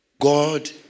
God